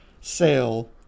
Sale